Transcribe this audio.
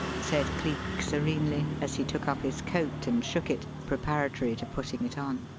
said cleek, serenely, as he took up his coat and shook it, preparatory to putting it on.